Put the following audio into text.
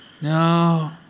no